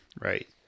right